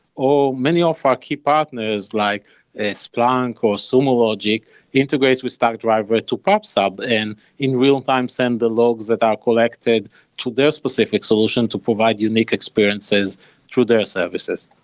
or many of our key partners like splunk, or sumo logic integrates with stackdriver to prop sub and in real time send the logs that are collected to their specific solution to provide unique experiences through their services.